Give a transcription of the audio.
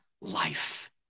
life